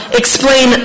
explain